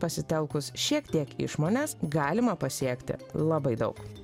pasitelkus šiek tiek išmonės galima pasiekti labai daug